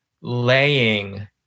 laying